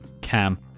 Cam